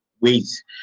ways